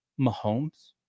Mahomes